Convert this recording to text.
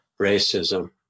racism